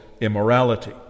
immorality